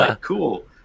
Cool